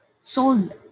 sold